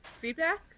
feedback